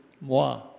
Moi